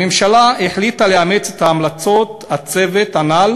הממשלה החליטה לאמץ את המלצות הצוות הנ"ל